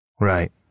Right